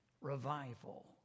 revival